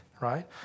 right